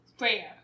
rare